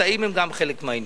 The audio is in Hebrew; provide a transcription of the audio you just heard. אם גם הן חלק מהעניין.